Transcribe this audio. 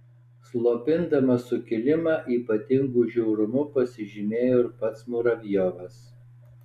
slopindamas sukilimą ypatingu žiaurumu pasižymėjo ir pats muravjovas